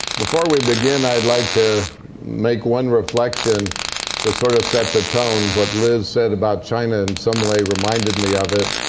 before we begin, i'd like to make one reflection to sort of set the tone. what liz said about china in some way reminded me of it.